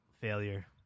failure